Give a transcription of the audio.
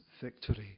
victory